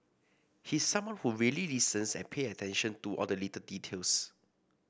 he's someone who really listens and pay attention to all the little details